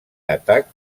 atac